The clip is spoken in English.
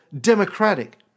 democratic